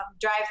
drive